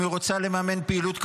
אם היא רוצה לממן פעילות כזו,